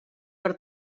per